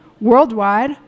Worldwide